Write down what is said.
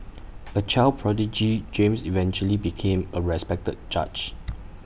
A child prodigy James eventually became A respected judge